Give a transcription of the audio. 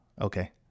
Okay